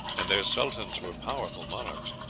and their sultans were powerful monarchs.